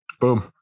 Boom